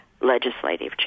legislative